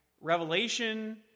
revelation